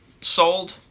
sold